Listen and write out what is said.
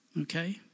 okay